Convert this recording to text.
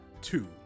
two